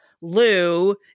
Lou